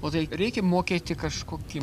o tai reikia mokėti kažkokį